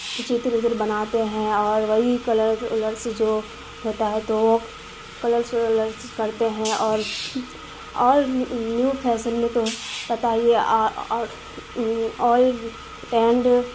چتر وتر بناتے ہیں اور وہی کلر ولرس جو ہوتا ہے تو کلرس ولرس کرتے ہیں اور اور نیو فیشن میں تو پتہ ہی ہے آل اینڈ